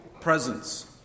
Presence